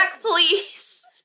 please